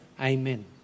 Amen